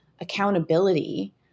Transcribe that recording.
accountability